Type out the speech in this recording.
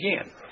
again